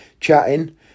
chatting